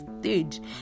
stage